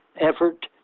effort